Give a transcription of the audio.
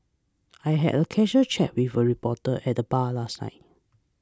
I had a casual chat with a reporter at the bar last night